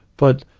but,